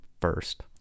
first